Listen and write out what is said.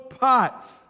pots